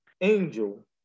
angel